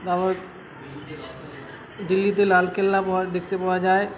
তারপর দিল্লীতে লাল কেল্লা দেখতে পাওয়া যায়